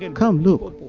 and come look.